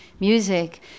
music